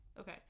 okay